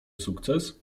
sukces